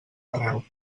arreu